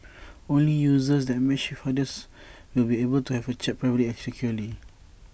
only users that matched with each other will be able to have A chat privately and securely